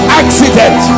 accident